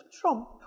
Trump